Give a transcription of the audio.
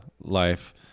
life